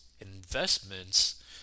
investments